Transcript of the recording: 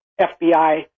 FBI